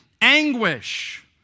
anguish